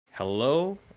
Hello